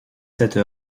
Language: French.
cette